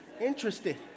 interested